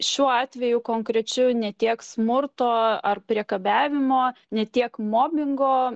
šiuo atveju konkrečiu ne tiek smurto ar priekabiavimo ne tiek mobingo